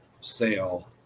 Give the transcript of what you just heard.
sale